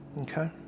Okay